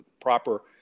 proper